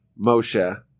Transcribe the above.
Moshe